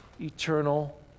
eternal